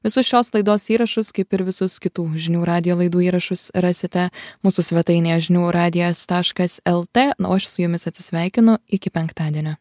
visus šios laidos įrašus kaip ir visus kitų žinių radijo laidų įrašus rasite mūsų svetainėje žinių radijas taškas lt na o aš su jumis atsisveikinu iki penktadienio